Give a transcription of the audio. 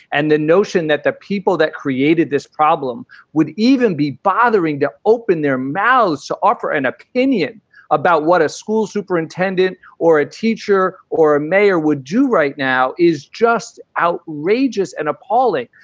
and the notion that the people that created this problem would even be bothering to open their mouths to offer an opinion about what a school superintendent or ah teacher or a mayor would do right now is just outrageous and appalling.